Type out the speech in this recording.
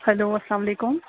hello اسلام علیکُم